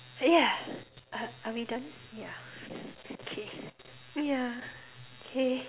yeah are are we done yeah okay yeah okay